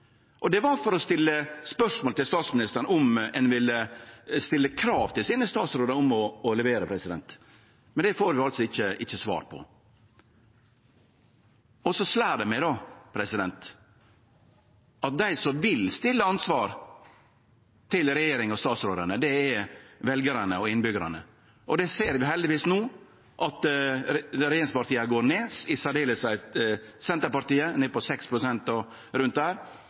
Det var for å stille spørsmål til statsministeren om ein ville stille krav til statsrådane sine om å levere, men det får vi altså ikkje svar på. Så slår det meg at dei som vil stille regjeringa og statsrådane til ansvar, er veljarane og innbyggjarane. Det ser vi heldigvis no, at regjeringspartia går ned, særleg Senterpartiet. Dei er nede på rundt 6 pst. Eg reknar med at veljarane kjem til å gje klar melding, og